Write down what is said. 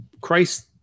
christ